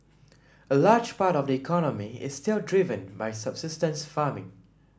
a large part of the economy is still driven by subsistence farming